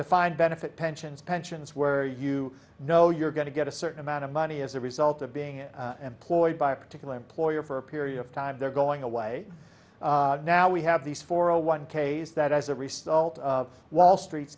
defined benefit pensions pensions where you know you're going to get a certain amount of money as a result of being employed by a particular employer for a period of time they're going away now we have these four a one k s that as a resell to wall street